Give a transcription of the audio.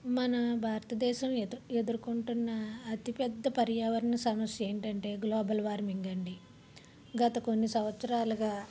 మన భారతదేశం ఎదురు ఎదుర్కొంటున్న అతిపెద్ద పర్యావరణ సమస్య ఏంటంటే గ్లోబల్ వార్మింగ్ అండి గత కొన్ని సంవత్సరాలుగా